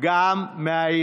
שמענו,